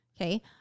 Okay